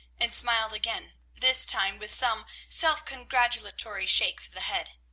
and smiled again, this time with some self-congratulatory shakes of the head.